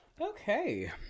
Okay